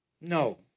No